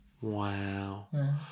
wow